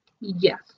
Yes